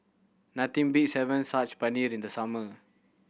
nothing beats having Saag Paneer in the summer